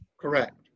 Correct